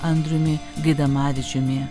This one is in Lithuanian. andriumi gaidamavičiumi